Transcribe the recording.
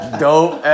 dope